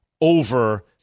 over